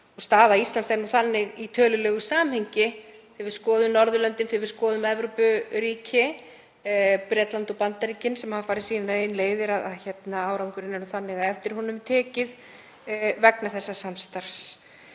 Staða Íslands er nú þannig í tölulegu samhengi, ef við skoðum Norðurlöndin, ef við skoðum Evrópuríki, og Bretland og Bandaríkin, sem hafa farið sínar eigin leiðir, að árangurinn er þannig að eftir honum er tekið vegna þessa samstarfs.